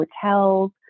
hotels